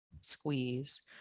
squeeze